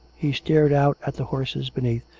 he stared out at the horses beneath,